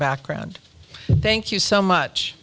background thank you so much